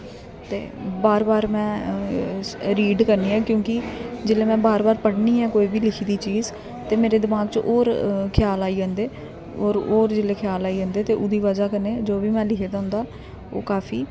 ते बार बार में इस रीड करनी आं क्योंकि जेल्लै में बार बार पढ़नी आं कोई बी लिखी दी चीज ते मेरे दमाग च होर ख्याल आई जंदे होर होर जेल्लै ख्याल आई जंदे ते ओहदी बजह कन्नै जो बी में लिखे दा होंदा ओह् काफी